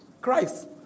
Christ